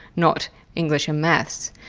not english and maths.